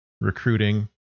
recruiting